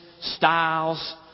styles